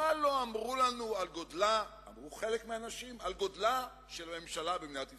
מה לא אמרו לנו חלק מן האנשים על גודלה של הממשלה במדינת ישראל?